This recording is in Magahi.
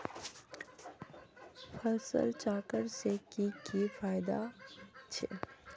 फसल चक्र से की की फायदा छे?